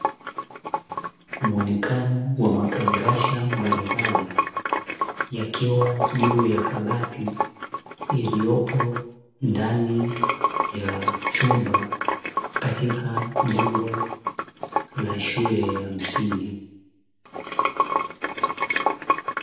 Muonekano wa makablasha mbalimbali yakiwa juu ya kabati, iliyopo ndani ya chumba katika jengo la shule ya msingi.